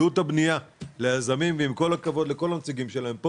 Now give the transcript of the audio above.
עלות הבנייה ליזמים ועם כל הכבוד לכל הנציגים שלהם פה